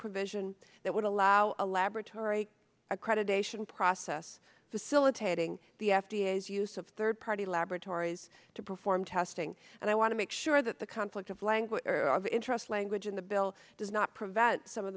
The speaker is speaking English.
provision that would allow a laboratory accreditation process facilitating the f d a is use of third party laboratories to perform testing and i want to make sure that the conflict of language of interest language in the bill does not prevent some of